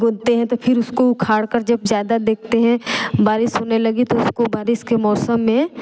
गोदते हैं तो फिर उसको उखाड़ कर जब ज़्यादा देखते हैं बारिश होने लगी तो उसको बारिश के मौसम में